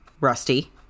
Rusty